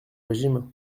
régime